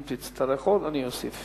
אם תצטרך עוד, אני אוסיף.